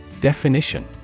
Definition